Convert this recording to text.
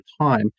time